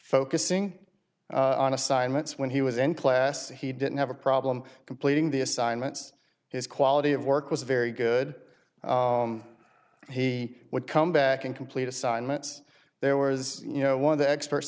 focusing on assignments when he was in class he didn't have a problem completing the assignments his quality of work was very good he would come back and complete assignments there were as you know one of the experts